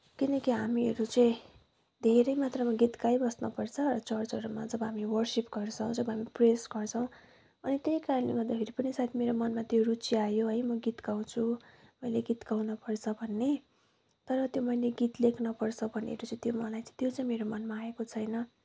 किनकि हामीहरू चाहिँ धेरै मात्रामा गीत गाइबस्नुपर्छ चर्चहरूमा जब हामी वर्सिप गर्छौँ जब हामी प्रेयर्स गर्छौँ अनि त्यही कारणले गर्दाखेरि पनि सायद मेरो मनमा त्यो रुचि आयो है म गीत गाउँछु मैले गीत गाउनुपर्छ भन्ने तर त्यो मैले गीत लेख्नुपर्छ भन्नेहरू चाहिँ त्यो मलाई त्यो चाहिँ मेरो मनमा आएको छैन